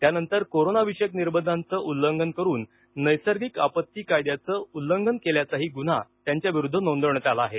त्यानंतर कोरोनाविषयक निर्बंधांचं उल्लंघन करून नैसर्गिक आपत्ती कायद्याचं उल्लंघन केल्याचाही गुन्हा त्यांच्याविरुद्ध नोंदवण्यात आला आहे